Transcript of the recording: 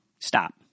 stop